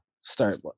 start